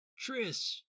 Tris